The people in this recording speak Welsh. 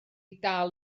dal